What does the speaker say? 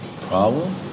Problem